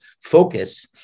focus